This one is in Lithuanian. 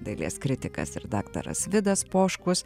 dailės kritikas ir daktaras vidas poškus